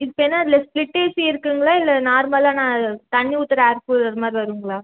இப்போ என்ன அதில் ஸ்ப்ளிட் ஏசி இருக்குங்களா இல்லை நார்மலான தண்ணி ஊற்றுற ஏர் கூலர் மாதிரி வருங்களா